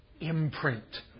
imprint